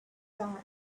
style